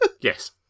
yes